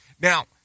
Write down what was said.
Now